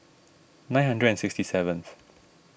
nine hundred and sixty seventh